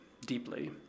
deeply